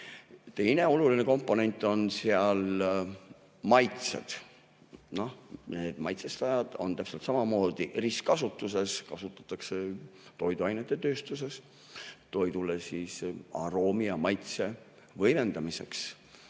Teine oluline komponent on maitsed. Need maitsestajad on täpselt samamoodi ristkasutuses, kasutatakse toiduainetööstuses toidu aroomi ja maitse võimendamiseks.